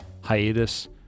hiatus